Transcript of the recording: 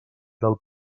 del